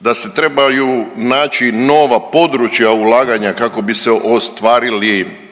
da se trebaju naći nova područja ulaganja kako bi se ostvarili